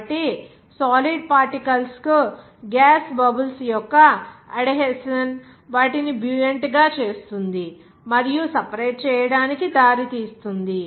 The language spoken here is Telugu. కాబట్టి సాలిడ్ పార్టికల్స్ కు గ్యాస్ బబుల్స్ యొక్క అడ్హెసిన్ వాటిని బ్యుయంట్గా చేస్తుంది మరియు సెపరేట్ చేయడానికి దారితీస్తుంది